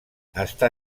està